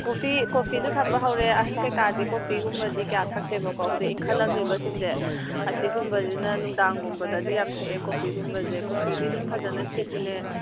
ꯀꯣꯐꯤꯁꯨ ꯊꯝꯕ ꯍꯧꯔꯦ ꯑꯍꯟ ꯀꯩꯀꯥꯗꯤ ꯀꯣꯐꯤꯒꯨꯝꯕꯗꯤ ꯀꯌꯥ ꯊꯛꯇꯦꯕꯀꯣ ꯍꯧꯖꯤꯛ ꯏꯟꯈꯠꯂꯛꯂꯤꯕꯁꯤꯡꯁꯦ ꯑꯁꯤꯒꯨꯝꯕꯗꯅ ꯅꯨꯡꯗꯥꯡꯒꯨꯝꯕꯗꯗꯤ ꯌꯥꯝ ꯊꯛꯑꯦ ꯀꯣꯐꯤꯒꯨꯝꯕꯁꯦ ꯀꯣꯐꯤꯗꯤ ꯑꯗꯨꯝ ꯐꯖꯅ ꯁꯤꯠꯂꯦ